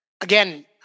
again